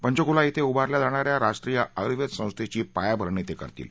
पंचकुला कें उभारल्या जाणा या राष्ट्रीय आयुर्वेद संस्थेची पायाभरणी ते करतील